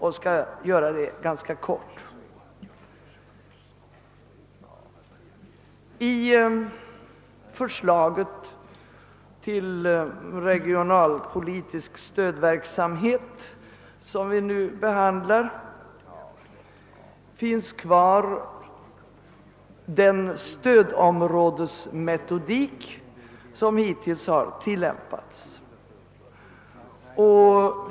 I det förslag till regionalpolitisk stödverksamhet som vi nu behandlar finns den hittills tillämpade stödområdesmetodiken kvar.